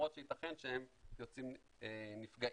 למרות שייתכן שהם יוצאים נפגעים.